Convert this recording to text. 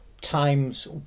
times